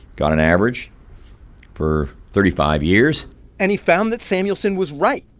got an average for thirty five years and he found that samuelson was right.